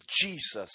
Jesus